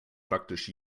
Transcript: praktisch